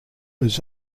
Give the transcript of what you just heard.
was